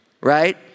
right